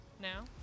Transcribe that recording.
now